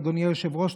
אדוני היושב-ראש,